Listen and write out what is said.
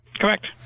Correct